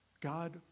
God